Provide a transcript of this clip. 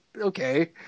okay